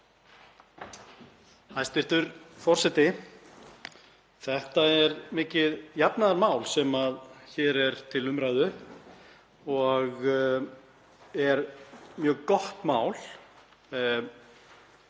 Hæstv. forseti. Þetta er mikið jafnaðarmál sem hér er til umræðu og er mjög gott mál.